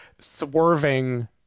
swerving